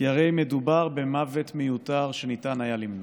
כי הרי מדובר במוות מיותר שניתן היה למנוע.